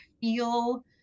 feel